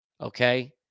Okay